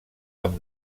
amb